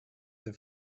the